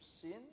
sin